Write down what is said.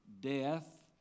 death